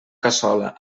cassola